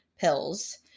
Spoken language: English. pills